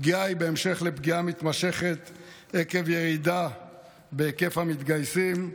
הפגיעה היא בהמשך לפגיעה מתמשכת עקב ירידה בהיקף המתגייסים.